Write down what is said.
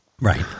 Right